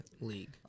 league